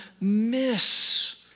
miss